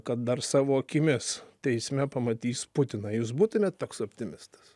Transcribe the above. kad dar savo akimis teisme pamatys putiną jūs būtumėt toks optimistas